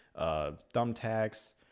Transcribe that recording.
thumbtacks